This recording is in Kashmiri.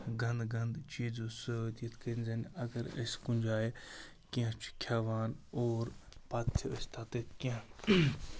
گَنٛدٕ گَنٛدٕ چیٖزو سۭتۍ یِتھ کَنۍ زَنہٕ اَگَر أسۍ کُنہِ جایہِ کینٛہہ چھُ کھٮ۪وان اور پَتہٕ چھِ أسۍ تَتیٚتھ کینٛہہ